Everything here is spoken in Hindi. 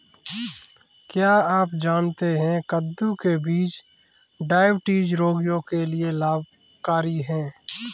क्या आप जानते है कद्दू के बीज डायबिटीज रोगियों के लिए लाभकारी है?